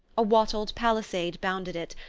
a wattled palisade bounded it,